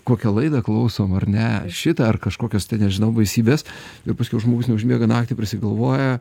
kokią laidą klausom ar ne šitą ar kažkokios ten nežinau baisybės ir paskiau žmogus neužmiega naktį prisigalvoja